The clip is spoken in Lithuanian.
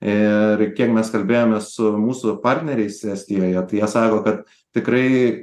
ir kiek mes kalbėjomės su mūsų partneriais estijoje tai jie sako kad tikrai